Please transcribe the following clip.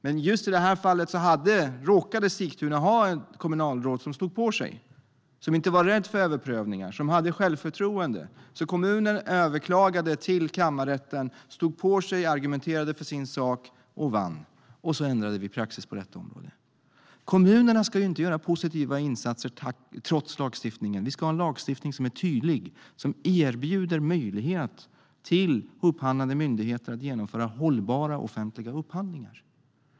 Men just i det här fallet råkade Sigtuna ha ett kommunalråd som stod på sig, som inte var rädd för överprövningar och som hade självförtroende. Kommunen överklagade alltså till kammarrätten, stod på sig och argumenterade för sin sak och vann. Och sedan ändrades praxis på detta område. Kommunerna ska inte göra positiva insatser i strid med lagstiftningen. Vi ska ha en lagstiftning som är tydlig, som erbjuder möjlighet till upphandlande myndigheter att genomföra hållbara offentliga upphandlingar.